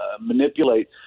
manipulate